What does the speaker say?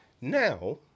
Now